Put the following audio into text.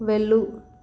వెళ్ళు